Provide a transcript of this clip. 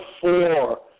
Four